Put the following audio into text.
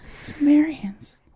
Sumerians